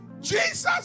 Jesus